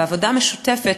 והעבודה המשותפת,